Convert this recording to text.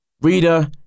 Reader